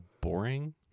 Boring